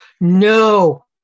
No